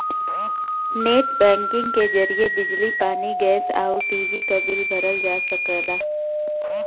net banking के जरिए बिजली पानी गैस आउर टी.वी क बिल भरल जा सकला